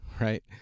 right